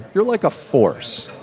you're like a force,